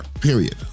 period